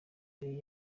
yari